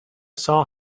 saw